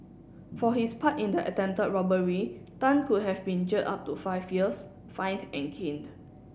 for his part in the attempted robbery Tan could have been jailed up to five years fined and caned